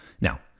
Now